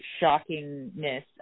shockingness